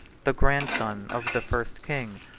the grandson of the first king,